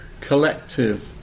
collective